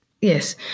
Yes